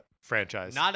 franchise